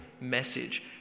message